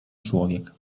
człowiek